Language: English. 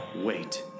Wait